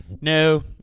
No